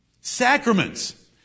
sacraments